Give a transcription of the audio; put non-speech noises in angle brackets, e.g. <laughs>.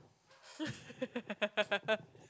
<laughs>